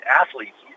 athletes